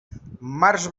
març